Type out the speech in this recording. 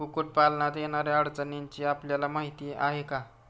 कुक्कुटपालनात येणाऱ्या अडचणींची आपल्याला माहिती आहे का?